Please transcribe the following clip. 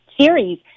series